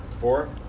Four